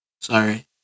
sorry